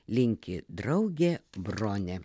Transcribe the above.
linki draugė bronė